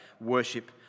worship